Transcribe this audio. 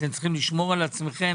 אתם צריכים לשמור על עצמכם,